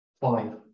Five